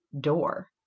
door